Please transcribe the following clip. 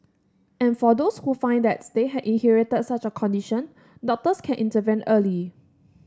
and for those who find that they have inherited such a condition doctors can intervene early